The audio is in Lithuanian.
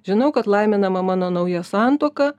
žinau kad laiminama mano nauja santuoka